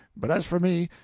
but as for me,